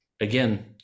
again